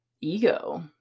ego